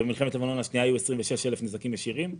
כשבמלחמת לבנון השנייה היו 26,000 נזקים ישירים.